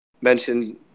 mentioned